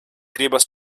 gribas